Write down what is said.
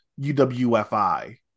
UWFI